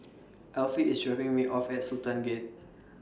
Alfie IS dropping Me off At Sultan Gate